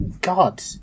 God